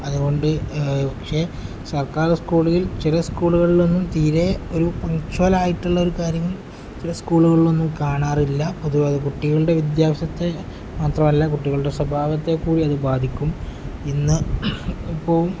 അതുകൊണ്ട് പക്ഷെ സർക്കാർ സ്കൂളിൽ ചില സ്കൂളുകളിലൊന്നും തീരെ ഒരു പങ്ച്വലായിട്ടുള്ളൊരു കാര്യം ചില സ്കൂളുകളിലൊന്നും കാണാറില്ല പൊതുവെ കുട്ടികളുടെ വിദ്യാഭ്യാസത്തെ മാത്രമല്ല കുട്ടികളുടെ സ്വഭാവത്തെ കൂടി അത് ബാധിക്കും ഇന്ന് ഇപ്പോൾ